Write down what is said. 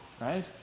right